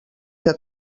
que